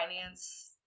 finance